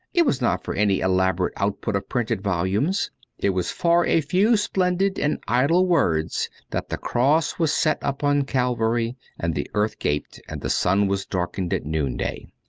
it was not for any elaborate output of printed volumes it was for a few splendid and idle words that the cross was set up on calvary and the earth gaped, and the sun was darkened at noonday.